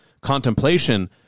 contemplation